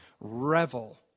revel